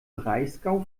breisgau